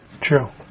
True